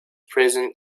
present